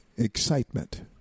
excitement